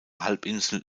halbinsel